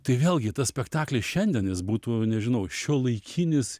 tai vėlgi tas spektaklis šiandien jis būtų nežinau šiuolaikinis